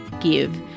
give